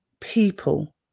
people